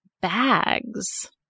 bags